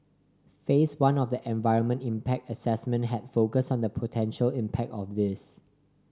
Phase One of the environmental impact assessment had focused on the potential impact of this